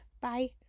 Bye